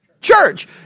church